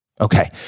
Okay